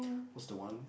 what's the one